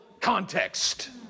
context